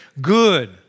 good